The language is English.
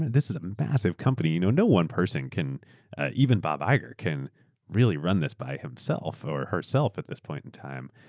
this a massive company. you know no one person, even bob iger, can really run this by himself or herself at this point in time,